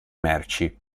merci